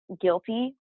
guilty